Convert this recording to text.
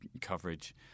coverage